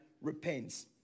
repents